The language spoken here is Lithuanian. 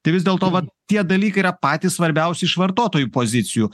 tai vis dėlto vat tie dalykai yra patys svarbiausi iš vartotojų pozicijų